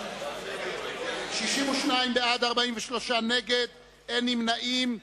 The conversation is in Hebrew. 62 בעד, 43 נגד, אין נמנעים.